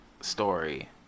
story